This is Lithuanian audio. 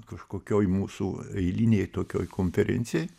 kažkokioj mūsų eilinėj tokioj konferencijoj